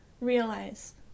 realize